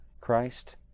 Christ